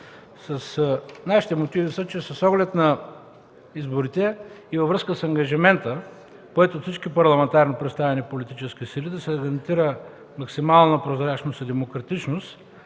Нашите мотиви са, че с оглед на изборите и във връзка с ангажимента, поет от всички парламентарно представени политически сили да се гарантира максимална прозрачност и демократичност